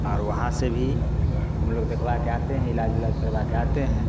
और वहाँ से भी हम लोग दिखवा के आते हैं इलाज उलाज करवा के आते हैं